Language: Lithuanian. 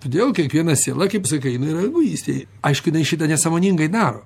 todėl kiekviena siela kaip sakai jinai yra egoistė aišku jinai šitą nesąmoningai daro